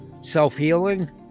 self-healing